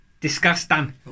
Disgusting